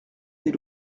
des